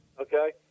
Okay